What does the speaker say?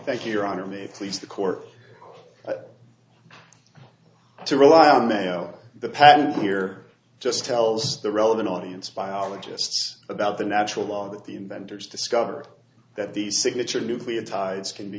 thank you your honor me please the court to rely on them the pattern here just tells the relevant audience biologist about the natural law that the inventors discovered that these signature nucleotides can be